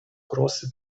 große